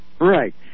Right